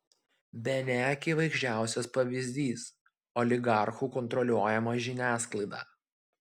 bene akivaizdžiausias pavyzdys oligarchų kontroliuojama žiniasklaida